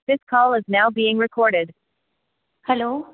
this call is now being recorded hello